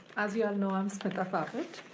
as you all know, i'm smita phaphat,